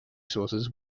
sources